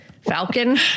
falcon